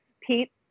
Pete